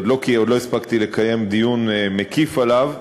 עוד לא הספקתי לקיים דיון מקיף עליו,